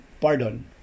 pardon